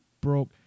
broke